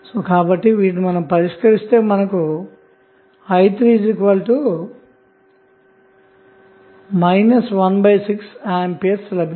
కాబట్టి పరిష్కరిస్తే మనకు i3 16A లభిస్తుంది